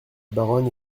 baronne